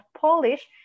Polish